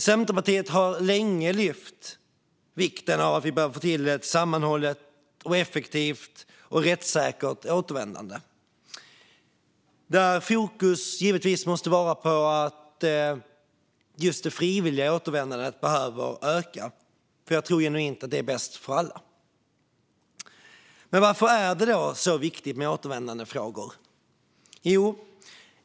Centerpartiet har länge lyft upp vikten av att få till ett sammanhållet, effektivt och rättssäkert återvändande där fokus givetvis måste riktas mot att det frivilliga återvändandet behöver öka. Jag tror genuint att det är bäst för alla. Varför är det då så viktigt med återvändandefrågor?